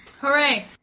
Hooray